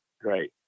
Great